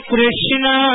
Krishna